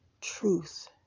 truth